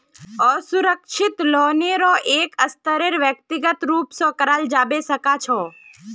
असुरक्षित लोनेरो एक स्तरेर व्यक्तिगत रूप स कराल जबा सखा छ